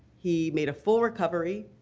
he made a full recovery,